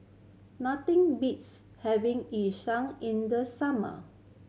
nothing beats having Yu Sheng in the summer